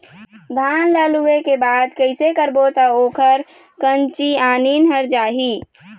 धान ला लुए के बाद कइसे करबो त ओकर कंचीयायिन हर जाही?